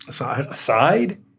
aside